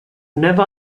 never